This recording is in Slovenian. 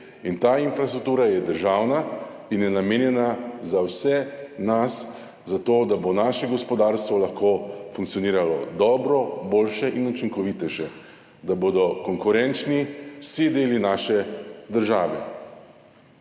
in ta infrastruktura je državna in je namenjena za vse nas, zato da bo naše gospodarstvo lahko funkcioniraloboljše in učinkovitejše, da bodo konkurenčni vsi deli naše države.